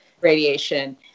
radiation